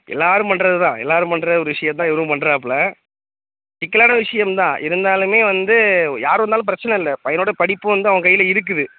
எல்லாரும் பண்ணுறது தான் எல்லாரும் பண்ணுற ஒரு விஷ்யம் தான் இவரும் பண்ணுறாப்ள சிக்கலான விஷயம் தான் இருந்தாலுமே வந்து யார் வந்தாலும் பிரச்சனை இல்லை பையனோட படிப்பு வந்து அவன் கையில இருக்குது